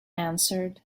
answered